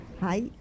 hi